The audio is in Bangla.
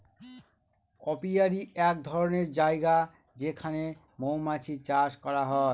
অপিয়ারী এক ধরনের জায়গা যেখানে মৌমাছি চাষ করা হয়